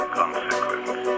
consequence